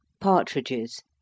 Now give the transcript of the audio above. Partridges